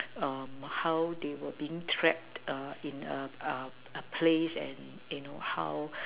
how they were being trapped in a a place and you know how